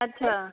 अच्छा